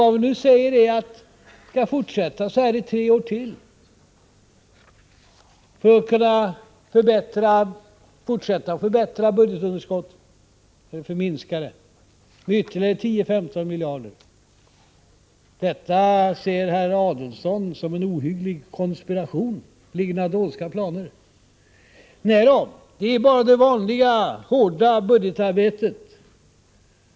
Vad vi nu säger är att vi skall fortsätta så här under tre år till för att kunna fortsätta att minska budgetunderskottet med ytterligare 10-15 miljarder kronor. Detta ser herr Adelsohn som en ohygglig konspiration, och han tror att det ligger några dolska planer bakom. Nej då! Det är bara det vanliga hårda budgetarbetet.